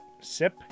Sip